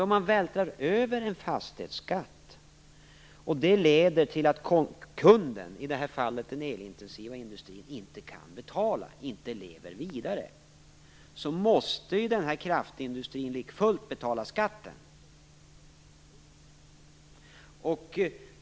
Om man gör det och det leder till att kunden - i det här fallet den elintensiva industrin - inte kan betala och således inte lever vidare, måste den här kraftindustrin lika fullt betala skatt.